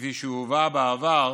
כפי שהובאה בעבר